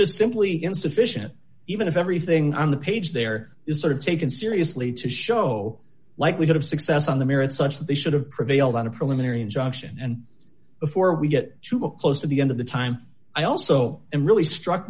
just simply insufficient even if everything on the page there is sort of taken seriously to show likelihood of success on the merits such that they should i prevailed on a preliminary injunction and before we get to a close to the end of the time i also am really struck